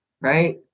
right